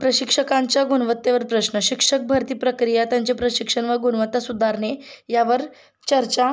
प्रशिक्षकांच्या गुणवत्तेवर प्रश्न शिक्षक भरती प्रक्रिया त्यांचे प्रशिक्षण व गुणवत्ता सुधारणे यावर चर्चा